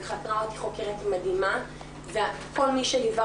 חקרה אותי חוקרת מדהימה וכל מי שליווה